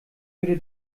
würde